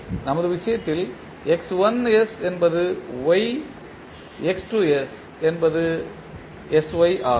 நமது விஷயத்தில் x1 s என்பது y x2s என்பது sy ஆகும்